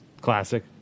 Classic